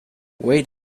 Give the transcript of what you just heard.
wait